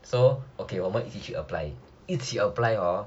so okay 我们一起去 apply 一起 apply hor